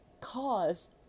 cause